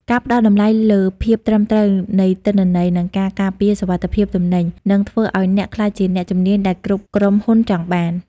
ការផ្តល់តម្លៃលើភាពត្រឹមត្រូវនៃទិន្នន័យ និងការការពារសុវត្ថិភាពទំនិញ នឹងធ្វើឱ្យអ្នកក្លាយជាអ្នកជំនាញដែលគ្រប់ក្រុមហ៊ុនចង់បាន។